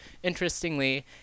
Interestingly